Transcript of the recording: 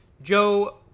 joe